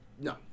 No